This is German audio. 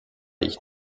ich